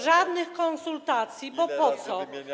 Żadnych konsultacji, bo po co?